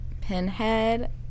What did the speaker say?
pinhead